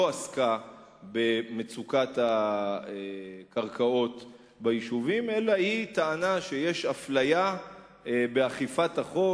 לא עסקה במצוקת הקרקעות ביישובים אלא בטענה שיש אפליה באכיפת החוק